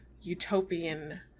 utopian